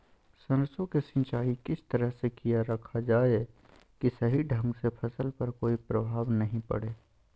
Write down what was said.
सरसों के सिंचाई किस तरह से किया रखा जाए कि सही ढंग से फसल पर कोई प्रभाव नहीं पड़े?